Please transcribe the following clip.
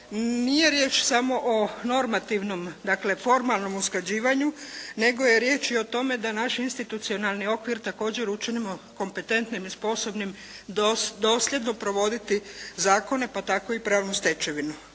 nije riječ samo o normativnom, dakle formalnom usklađivanju, nego je riječ i o tome da naš institucionalni okvir također učinimo kompetentnim i sposobnim dosljedno provoditi zakone, pa tako i pravnu stečevinu.